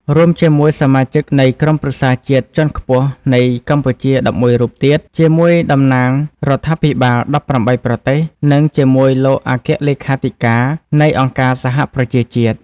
រួមជាមួយសមាជិកនៃក្រុមប្រឹក្សាជាតិជាន់ខ្ពស់នៃកម្ពុជា១១ រូបទៀត ជា មួយតំណាងរដ្ឋាភិបាល១៨ ប្រទេស និងជាមួយលោកអគ្គលេខាធិការ នៃអង្គការសហប្រជាជាតិ។